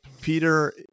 Peter